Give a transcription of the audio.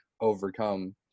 overcome